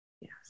Yes